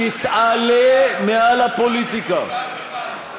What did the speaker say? תתעלה מעל הפוליטיקה.